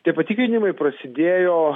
tie patikrinimai prasidėjo